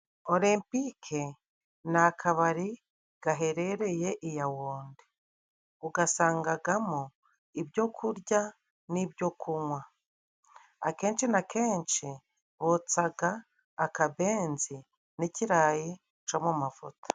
Olempike ni akabari gaherereye Iyawunde. Ugasangagamo ibyo kurya n'ibyo kunywa, akenshi na kenshi botsaga akabenzi n'ikirayi co mu mavuta.